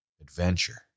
adventure